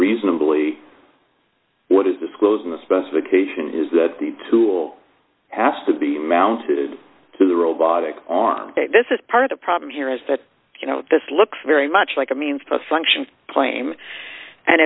reasonably what is disclosing the specification is that the tool has to be mounted to the robotic arm this is part of the problem here is that you know this looks very much like a means to function claim and